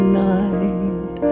night